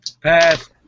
Pass